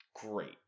great